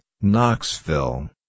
Knoxville